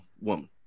woman